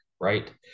Right